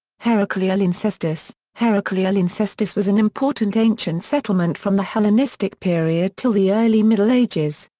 heraclea ah lyncestis heraclea lyncestis was an important ancient settlement from the hellenistic period till the early middle ages.